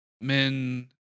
men